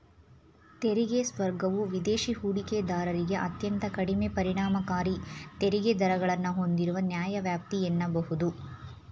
ತೆರಿಗೆ ಸ್ವರ್ಗವು ವಿದೇಶಿ ಹೂಡಿಕೆದಾರರಿಗೆ ಅತ್ಯಂತ ಕಡಿಮೆ ಪರಿಣಾಮಕಾರಿ ತೆರಿಗೆ ದರಗಳನ್ನ ಹೂಂದಿರುವ ನ್ಯಾಯವ್ಯಾಪ್ತಿ ಎನ್ನಬಹುದು